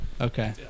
Okay